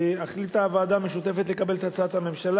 החליטה הוועדה המשותפת לקבל את הצעת הממשלה